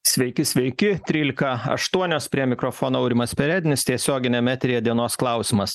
sveiki sveiki trylika aštuonios prie mikrofono aurimas perednis tiesioginiam eteryje dienos klausimas